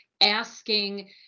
asking